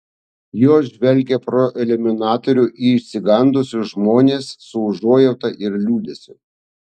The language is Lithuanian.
jos žvelgė pro iliuminatorių į išsigandusius žmones su užuojauta ir liūdesiu